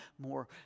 more